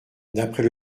d’après